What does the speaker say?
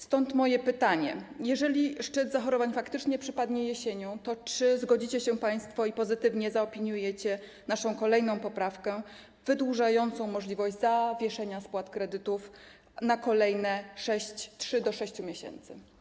Stąd moje pytanie: Jeżeli szczyt zachorowań faktycznie przypadnie jesienią, to czy zgodzicie się państwo, aby pozytywnie zaopiniować naszą kolejną poprawkę wydłużającą możliwość zawieszenia spłat kredytów na kolejne 3–6 miesięcy?